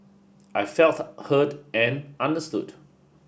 I felt heard and understood